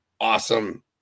awesome